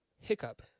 hiccup